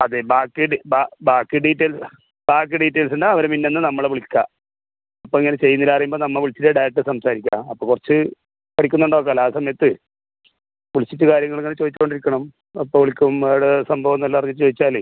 അതെ ബാക്കി ബാക്കി ഡീറ്റെയിൽസ് ബാക്കി ഡീറ്റെയിൽസിൻ്റെ അവരെ മിന്നന്ന് നമ്മളെ വിളിക്കുക ഇപ്പോൾ ഇങ്ങനെ ചെയ്യുന്നില്ല അറിയുമ്പോൾ നമ്മൾ വിളിച്ച് ഡയറക്റ്റ് സംസാരിക്കുക അപ്പോൾ കുറച്ച് പഠിക്കുന്നുണ്ടോ നോക്കാമല്ലോ ആ സമയത്ത് വിളിച്ചിട്ട് കാര്യങ്ങൾ ഇങ്ങനെ ചോദിച്ചുകൊണ്ട് ഇരിക്കണം അപ്പോൾ വിളിക്കും അവിടെ സംഭവം ഒന്ന് എല്ലാം അറിഞ്ഞ് ചെയ്യിച്ചാൽ